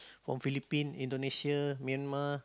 from Philippine Indonesia Myanmar